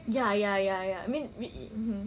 ya ya ya ya I mean